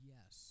Yes